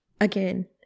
again